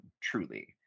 truly